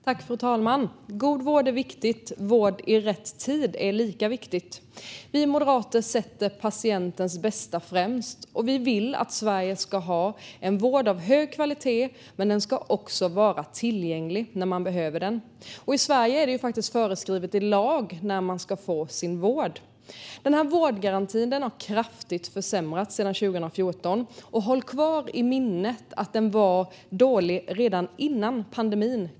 Fru talman! God vård är viktigt. Vård i rätt tid är lika viktigt. Vi moderater sätter patientens bästa främst, och vi vill att Sverige ska ha en vård av hög kvalitet - men den ska också vara tillgänglig när man behöver den. I Sverige är det faktiskt föreskrivet i lag när man ska få sin vård. Denna vårdgaranti har kraftigt försämrats sedan 2014. Håll kvar i minnet att den var dålig redan innan pandemin.